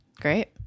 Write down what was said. Great